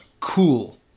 Cool